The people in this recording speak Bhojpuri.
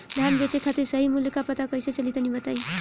धान बेचे खातिर सही मूल्य का पता कैसे चली तनी बताई?